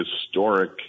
historic